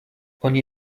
oni